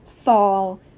fall